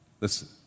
Listen